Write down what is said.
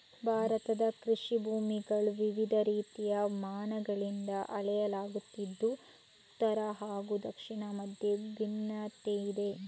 ಭಾರತದ ಕೃಷಿ ಭೂಮಿಗಳನ್ನು ವಿವಿಧ ರೀತಿಯ ಮಾನಗಳಿಂದ ಅಳೆಯಲಾಗುತ್ತಿದ್ದು ಉತ್ತರ ಹಾಗೂ ದಕ್ಷಿಣದ ಮಧ್ಯೆ ಭಿನ್ನತೆಯಿದೆ